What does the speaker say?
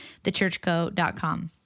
thechurchco.com